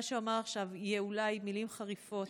מה שאומר עכשיו יהיו אולי מילים חריפות,